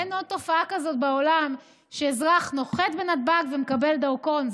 אין עוד תופעה כזאת בעולם שאזרח נוחת בנתב"ג ומקבל דרכון,